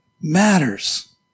matters